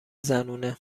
زنونه